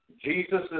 Jesus